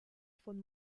von